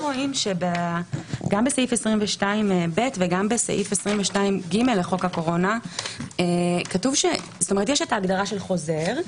רואים שגם בסעיף 22ב וגם בסעיף 22ג לחוק הקורונה יש ההגדרה של חוזר,